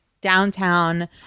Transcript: downtown